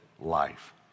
life